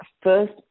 first